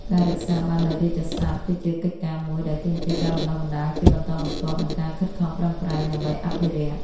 ការរក្សាបាននូវរាជសព្ទ គឺជាកិច្ចការមួយដែលទាមទារការបណ្តុះបណ្តាលជាបន្តបន្ទាប់ និងការខិតខំប្រឹងប្រែងដើម្បីអភិរក្ស។